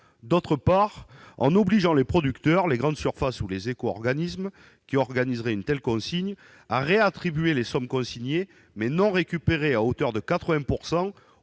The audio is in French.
d'autre part, d'obliger les producteurs, les grandes surfaces ou les éco-organismes qui organiseraient une telle consigne à réattribuer les sommes consignées mais non récupérées, à hauteur de 80